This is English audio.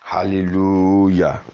Hallelujah